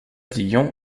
dillon